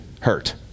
hurt